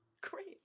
great